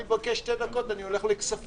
אני מבקש שתי דקות, אני הולך לכספים.